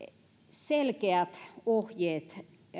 selkeät ohjeet